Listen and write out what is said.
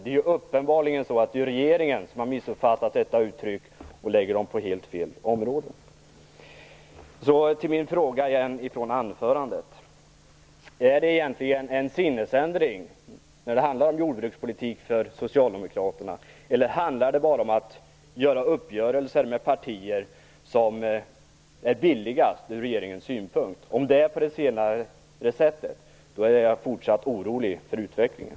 Det är uppenbarligen så att regeringen har missuppfattat detta uttryck och lägger bördorna på helt fel områden. Jag vill gå tillbaka till den fråga som jag ställde i mitt anförande: Är det egentligen en sinnesändring för Socialdemokraterna när det gäller jordbrukspolitiken, eller handlar det bara om att träffa uppgörelser med partier som är billigast från regeringens synpunkt? Om det är det sista som gäller, är jag fortsatt orolig för utvecklingen.